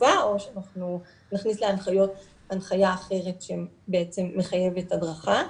חובה או שנכניס להנחיות הנחיה אחרת שבעצם מחייבת הדרכה.